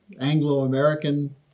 Anglo-American